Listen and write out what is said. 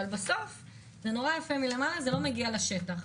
אבל בסוף זה יפה מלמעלה ולא מגיע לשטח.